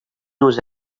knows